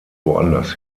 woanders